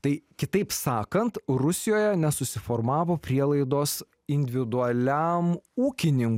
tai kitaip sakant rusijoje nesusiformavo prielaidos individualiam ūkinin